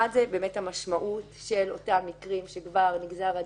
אחד זה באמת המשמעות של אותם מקרים שכבר נגזר הדין,